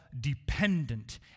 dependent